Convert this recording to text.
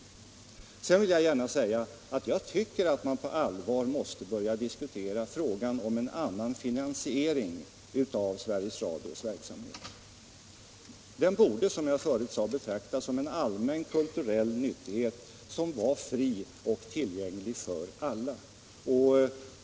Vidare vill jag gärna säga att jag tycker att man på allvar måste börja diskutera frågan om en annan finansiering av Sveriges Radios verksamhet. Den borde, som jag förut sade, betraktas som en allmän kulturell nyttighet, fri och tillgänglig för alla.